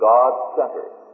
God-centered